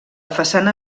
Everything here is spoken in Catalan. façana